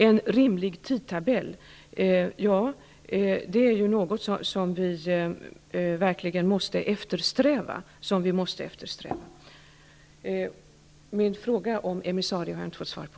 En rimlig tidtabell är någonting som vi verkligen måste eftersträva. Min fråga om en emissarie har jag inte fått svar på.